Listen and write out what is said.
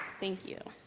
thank you.